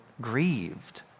grieved